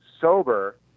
sober